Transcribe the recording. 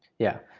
yeah.